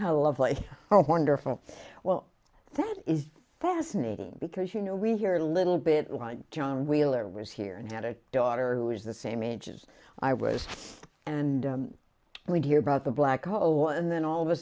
a lovely oh wonderful well that is fascinating because you know we hear a little bit like john wheeler was here and had a daughter who was the same engine i was and we hear about the black hole and then all of a